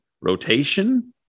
rotation